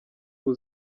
ubu